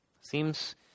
Seems